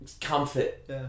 comfort